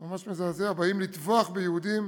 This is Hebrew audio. ממש מזעזע, באים לטבוח ביהודים,